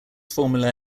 formula